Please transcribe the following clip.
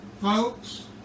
Folks